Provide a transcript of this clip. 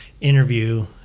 interview